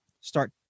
start